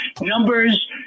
numbers